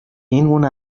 اینگونه